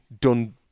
done